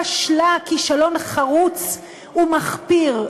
כשלה כישלון חרוץ ומחפיר,